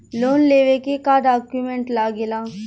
Loan लेवे के का डॉक्यूमेंट लागेला?